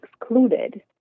excluded